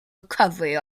recovery